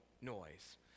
noise